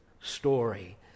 story